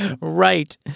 Right